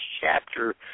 chapter